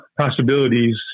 possibilities